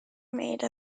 made